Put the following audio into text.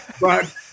but-